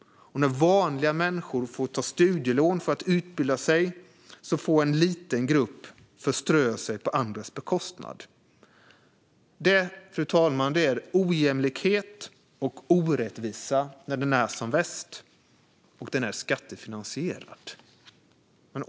När vanliga människor får ta studielån för att utbilda sig får en liten grupp förströ sig på andras bekostnad. Detta är ojämlikhet och orättvisa när den är som värst, och den är skattefinansierad.